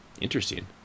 Interesting